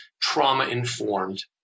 trauma-informed